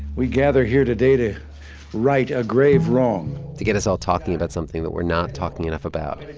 we gather here today to right a grave wrong. to get us all talking about something that we're not talking enough about.